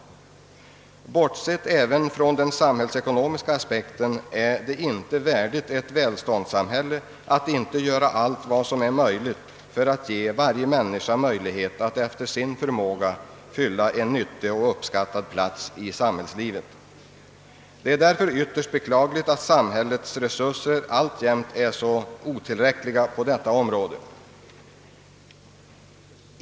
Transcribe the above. Även bortsett från den samhällsekonomiska aspekten är det inte värdigt ett välståndssamhälle att inte göra allt vad som är möjligt för att ge varje människa möjlighet att efter sin förmåga fylla en nyttig och uppskattad plats i samhällslivet. Det är därför ytterst beklagligt att samhällets resurser alltjämt är så otillräckliga på detta område.